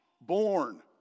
born